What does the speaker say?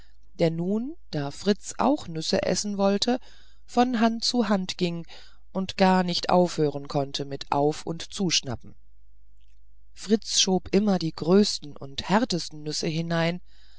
der nun da fritz auch nüsse essen wollte von hand zu hand ging und gar nicht aufhören konnte mit auf und zuschnappen fritz schob immer die größten und härtsten nüsse hinein